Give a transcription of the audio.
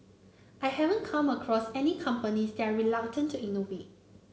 I haven't come across any companies that are reluctant to innovate